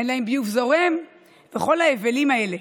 "אין להם ביוב זורם וכל ההבלים האלה.